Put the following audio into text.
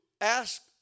ask